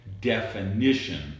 definition